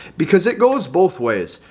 because it goes both ways.